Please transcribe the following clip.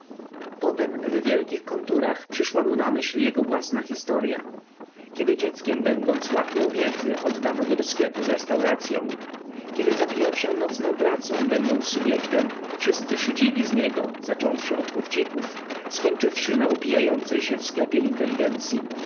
potem w wielkich konturach przyszła mu na myśl jego własna historya kiedy dzieckiem będąc łaknął wiedzy oddano go do sklepu z restauracyą kiedy zabijał się nocną pracą będąc subjektem wszyscy szydzili z niego zacząwszy od kuchcików skończywszy na upijającej się w sklepie inteligencyi